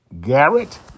Garrett